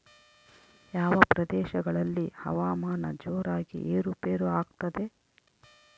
ಯಾವ ಪ್ರದೇಶಗಳಲ್ಲಿ ಹವಾಮಾನ ಜೋರಾಗಿ ಏರು ಪೇರು ಆಗ್ತದೆ?